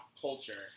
culture